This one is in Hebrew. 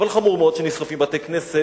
אבל חמור מאוד שנשרפים בתי-כנסת,